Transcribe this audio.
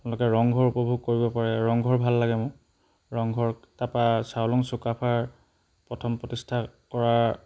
তেওঁলোকে ৰংঘৰ উপভোগ কৰিব পাৰে ৰংঘৰ ভাল লাগে মোক ৰংঘৰ তাৰপৰা চাউলুং চুকাফাৰ প্ৰথম প্ৰতিষ্ঠা কৰা